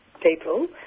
people